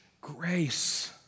grace